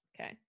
Okay